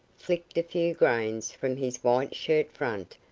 flicked a few grains from his white shirt-front,